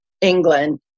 England